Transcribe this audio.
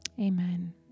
Amen